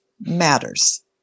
matters